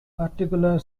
articular